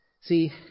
See